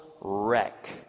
wreck